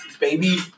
Baby